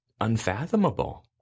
unfathomable